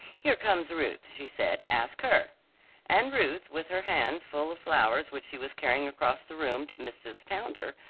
here comes ruth, she said, ask her and ruth, with her hands full of flowers which she was carrying across the room to mrs. pounder,